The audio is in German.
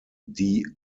die